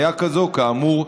רק לחדד, מדובר,